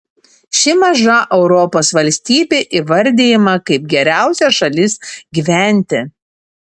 ši maža europos valstybė įvardijama kaip geriausia šalis gyventi